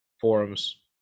forums